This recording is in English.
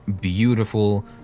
beautiful